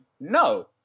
No